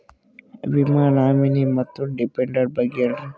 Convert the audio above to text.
ವಿಮಾ ನಾಮಿನಿ ಮತ್ತು ಡಿಪೆಂಡಂಟ ಬಗ್ಗೆ ಹೇಳರಿ?